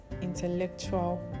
intellectual